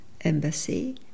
Embassy